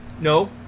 No